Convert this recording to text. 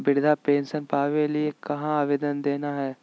वृद्धा पेंसन पावे के लिए कहा आवेदन देना है?